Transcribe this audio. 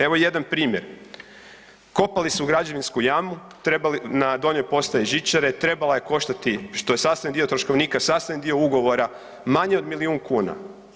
Evo jedan primjer, kopali su građevinsku jamu na donjoj postaji žičare trebala je koštati što je sastavni dio troškovnika, sastavni dio ugovora manje od milijun kuna.